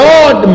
Lord